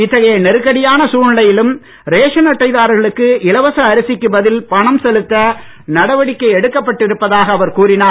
இத்தகைய நெருக்கடியான சூழ்நிலையிலும் ரேஷன் அட்டைதாரர்களுக்கு இலவச அரசிக்கு பதில் பணம் செலுத்த நடவடிக்கை எடுக்கப் பட்டிருப்பதாக அவர் கூறினார்